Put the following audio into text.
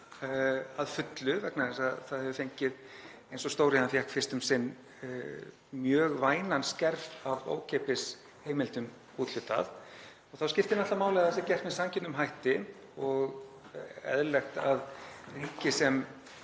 að fullu vegna þess að það hefur fengið, eins og stóriðjan fékk fyrst um sinn, mjög vænan skerf af ókeypis heimildum úthlutað. Þá skiptir máli að það sé gert með sanngjörnum hætti og eðlilegt að ríki sem